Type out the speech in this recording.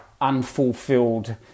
unfulfilled